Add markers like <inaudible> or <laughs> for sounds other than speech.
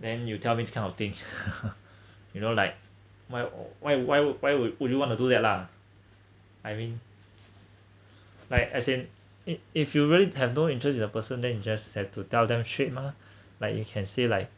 then you tell me this kind of thing <laughs> you know like my uh why why would why would would you want to do that lah I mean like as in it if you really have no interest in the person then you just have to tell them straight mah like you can say like